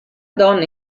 donna